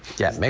yeah,